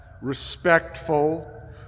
respectful